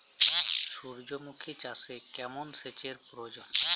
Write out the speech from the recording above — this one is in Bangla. সূর্যমুখি চাষে কেমন সেচের প্রয়োজন?